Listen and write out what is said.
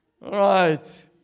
right